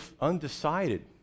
undecided